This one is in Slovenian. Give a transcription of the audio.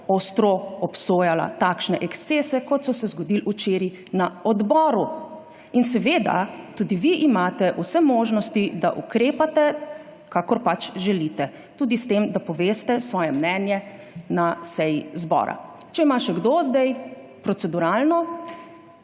ostro obsojala takšne ekscese, kot so se zgodili včeraj na odboru. Tudi vi imate vse možnosti, da ukrepate, kakor želite, tudi s tem, da poveste svoje mnenje na seji zbora. Če ima še kdo zdaj proceduralno,